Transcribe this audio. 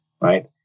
right